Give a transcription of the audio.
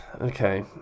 okay